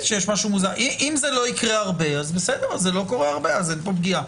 אם זה לא יקרה הרבה אז ממילא אין פה פגיעה.